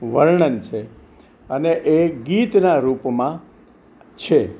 વર્ણન છે અને એ ગીતના રૂપમાં છે